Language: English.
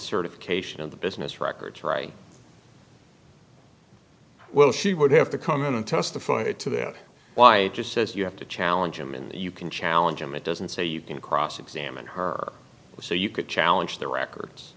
certification of the business records right well she would have to come in and testify to that why it just says you have to challenge him and you can challenge him it doesn't say you can cross examine her so you could challenge the records